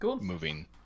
moving